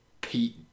Pete